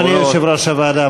אדוני יושב-ראש הוועדה.